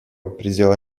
предела